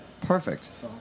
perfect